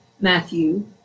Matthew